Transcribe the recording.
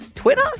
Twitter